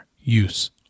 use